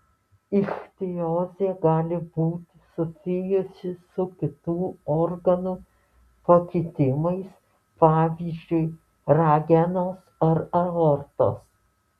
ichtiozė gali būti susijusi su kitų organų pakitimais pavyzdžiui ragenos ar aortos